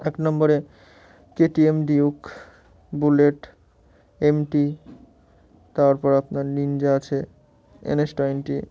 এক নম্বরে K T M Duke Bullet M T তারপর আপনার নিনজা আছে এন এস টোয়েন্টি